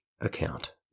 account